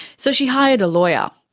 so she hired a lawyer.